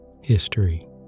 History